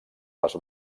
les